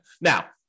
Now